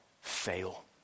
fail